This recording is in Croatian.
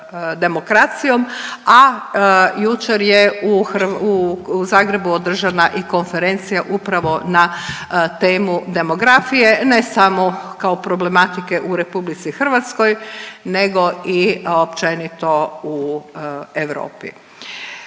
demokracijom, a jučer je u Zagrebu održana i konferencija upravo na temu demografije ne samo kao problematike u Republici Hrvatskoj, nego i općenito u Europi.